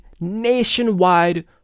nationwide